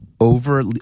Over